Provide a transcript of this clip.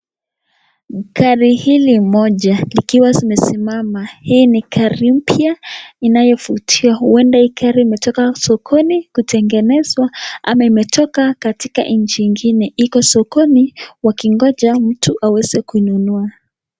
Gari hili moja likiwa zimesimama. Hii ni gari mpya inayovutiwa. Huenda hii gari imetoka sokoni kutengenezwa ama katika nchi nyingine. Iko sokoni wakingoja mtu aweze kuinunua.